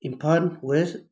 Imphal west